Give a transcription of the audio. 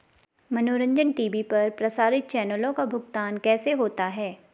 मनोरंजन टी.वी पर प्रसारित चैनलों का भुगतान कैसे होता है?